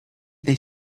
they